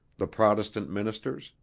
the protestant ministers,